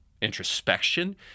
introspection